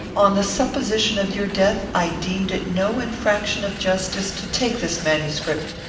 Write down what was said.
on the supposition of your death, i deemed it no infraction of justice to take this manuscript.